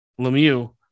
Lemieux